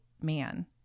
man